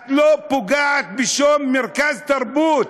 את לא פוגעת בשום מרכז תרבות.